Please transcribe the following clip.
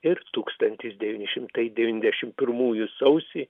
ir tūkstantis devyni šimtai devyndešim pirmųjų sausį